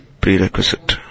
prerequisite